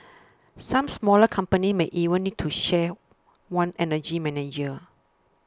some smaller companies might even need to share one energy manager